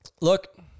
Look